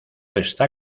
está